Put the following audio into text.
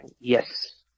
yes